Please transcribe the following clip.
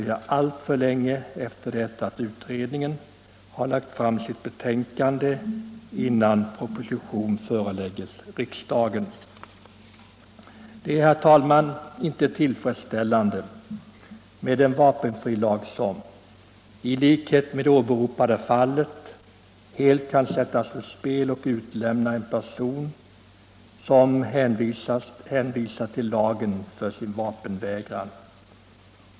Jag förväntar mig också att när utredningen har lagt fram sitt betänkande skall det inte dröja alltför länge förrän proposition i ärendet föreläggs riksdagen. Det är inte tillfredsställande med en vapenfrilag som, liksom i det åberopade fallet, helt kan sättas ur spel och utelämna en person som hänvisar till lagen för sin vapenvägran.